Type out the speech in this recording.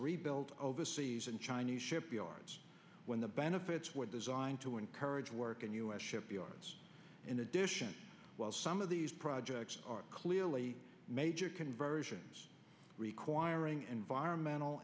rebuilt overseas and chinese shipyards when the benefits were designed to encourage work in u s shipyards in addition while some of these projects are clearly major conversions requiring an environmental